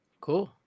Cool